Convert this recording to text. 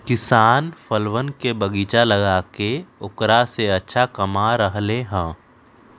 किसान फलवन के बगीचा लगाके औकरा से अच्छा कमा रहले है